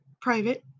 private